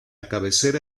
cabecera